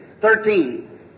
Thirteen